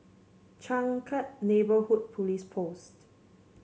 Changkat Neighbourhood Police Post